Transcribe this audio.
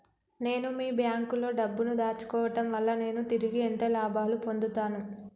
నేను మీ బ్యాంకులో డబ్బు ను దాచుకోవటం వల్ల నేను తిరిగి ఎంత లాభాలు పొందుతాను?